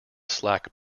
slack